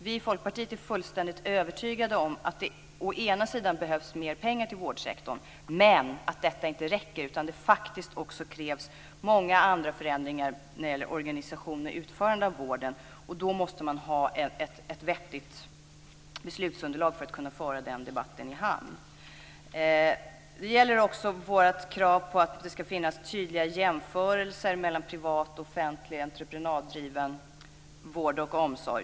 Vi i Folkpartiet är fullständigt övertygade om att det å ena sidan behövs mer pengar till vårdsektorn men att detta inte räcker utan att det faktiskt också krävs många andra förändringar i organisationen och i utförande av vården. Då måste man ha ett vettigt beslutsunderlag för att kunna föra den debatten i hamn. Det gäller också vårt krav på att det ska finnas tydliga jämförelser mellan privat och offentlig entreprenaddriven vård och omsorg.